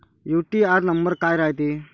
UTR number काय रायते?